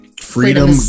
freedom